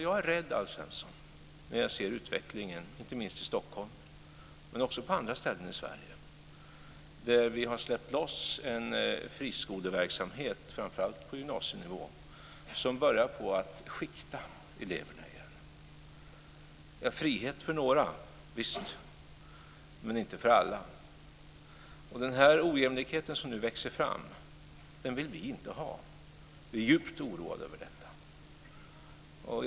Jag är rädd när jag ser utvecklingen, inte minst i Stockholm men också på andra ställen i Sverige. Vi har släppt loss en friskoleverksamhet, framför allt på gymnasienivå, som börjar skikta eleverna igen. Visst är det frihet för några, men inte för alla. Den ojämlikhet som nu växer fram vill vi inte ha. Vi är djupt oroade över detta.